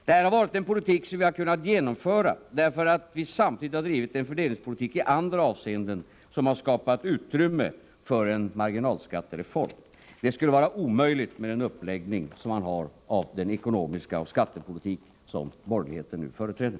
Det här har varit en politik som vi har kunnat genomföra därför att vi samtidigt har bedrivit en fördelningspolitik i andra avseenden som har skapat utrymme för en marginalskattereform. Något sådant skulle vara omöjligt med den uppläggning av den ekonomiska politiken och skattepolitiken som borgerligheten nu företräder.